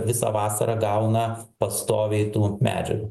visą vasarą gauna pastoviai tų medžiagų